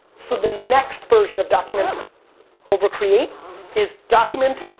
so the next version of document over create is document,